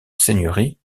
seigneurie